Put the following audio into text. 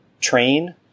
train